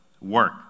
work